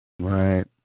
Right